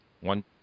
One